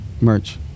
Merch